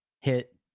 hit